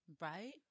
Right